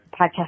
podcast